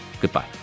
Goodbye